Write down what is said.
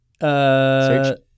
Search